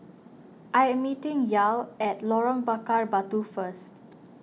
I am meeting Yael at Lorong Bakar Batu first